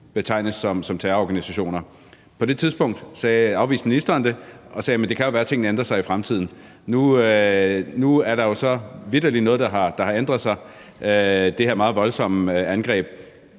betegnes som terrororganisationer. På det tidspunkt afviste ministeren det, men han sagde, at det jo kunne være, at tingene ændrede sig i fremtiden. Nu er der jo så vitterlig noget, der har ændret sig med det her meget voldsomme angreb.